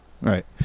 Right